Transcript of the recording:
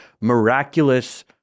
miraculous